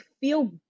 feel